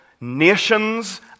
nations